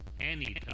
anytime